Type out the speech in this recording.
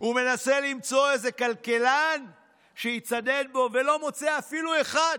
ומנסה למצוא איזה כלכלן שיצדד בו ולא מוצא אפילו אחד,